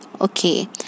Okay